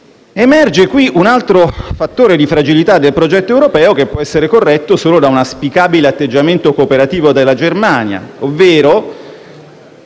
Emerge qui un altro fattore di fragilità del progetto europeo che può essere corretto solo da un auspicabile atteggiamento cooperativo della Germania, ovvero